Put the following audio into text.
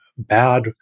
Bad